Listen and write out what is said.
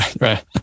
Right